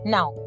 Now